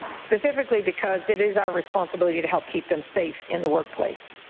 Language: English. specifically because it is our responsibility to help keep them safe in the work place.